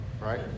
right